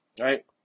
right